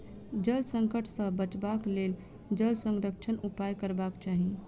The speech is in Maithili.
जल संकट सॅ बचबाक लेल जल संरक्षणक उपाय करबाक चाही